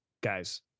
Guys